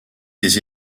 des